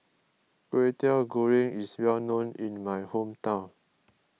Kwetiau Goreng is well known in my hometown